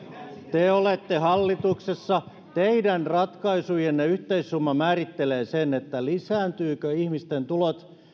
te te olette hallituksessa teidän ratkaisujenne yhteissumma määrittelee sen lisääntyvätkö ihmisten tulot